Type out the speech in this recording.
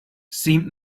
seemed